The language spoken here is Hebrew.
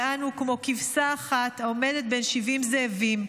ואנו כמו כבשה אחת העומדת בין 70 זאבים,